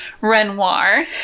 Renoir